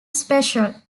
special